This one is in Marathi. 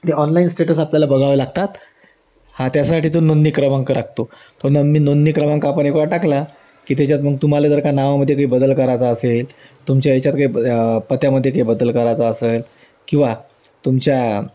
ते ऑनलाईन स्टेटस आपल्याला बघावे लागतात हा त्यासाठी तो नोंदणी क्रमांक लागतो तो न मी नोंदणी क्रमांक आपण एकवेळा टाकला की त्याच्यात मग तुम्हाला जर का नावामध्ये काही बदल कराचा असेल तुमच्या याच्यात काही पत्यामध्ये काही बदल करायचा असेल किंवा तुमच्या